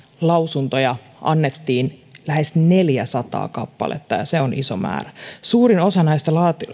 lausuntoja annettiin lähes neljäsataa kappaletta ja se on iso määrä suurin osa näistä